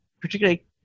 particularly